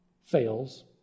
fails